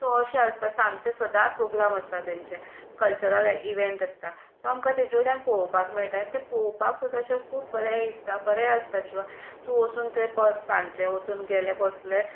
so अशें आसता सांजचे सदांच प्रोग्राम आसता तांचे कल्चरल इव्हँट आसता सो आमकां ताजे वयल्यान पळोवपाक मेळटा आनी ते पळोवपाक सुद्दां अशें खूब बरें दिसता बरें आसता जिवाक तूं वचून थंय बस सांजचें वचून गेलें बसलें